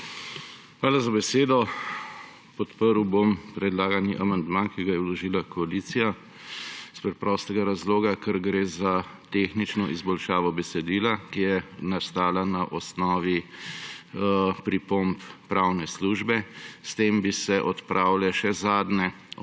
Hvala za besedo. Podprl bom predlagani amandma, ki ga je vložila koalicija, iz preprostega razloga, ker gre za tehnično izboljšavo besedila, ki je nastala na osnovi pripomb pravne službe. S tem bi se odpravile še zadnje od